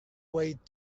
wait